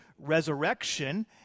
resurrection